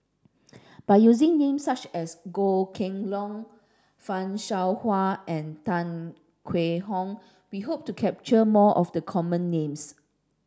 by using names such as Goh Kheng Long Fan Shao Hua and Tan Hwee Hock we hope to capture more of the common names